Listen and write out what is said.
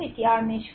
এটি r মেশ 4